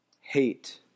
hate